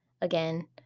again